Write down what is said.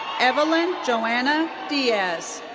evelyn johanna diaz.